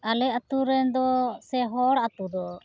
ᱟᱞᱮ ᱟ ᱛᱩᱨᱮᱱ ᱫᱚ ᱥᱮ ᱦᱚᱲ ᱟ ᱛᱩᱫᱚ